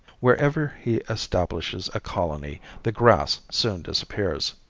wherever he establishes a colony the grass soon disappears.